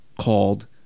called